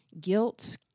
guilt